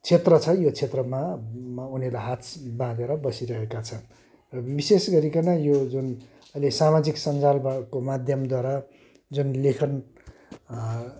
क्षेत्र छ यो क्षेत्रमा उनीहरूले हाथ बाँधेर बसिरहेका छन् र विशेष गरिकन यो जुन अहिले सामाजिक सन्जालबाटको माध्यमद्वारा जुन लेखन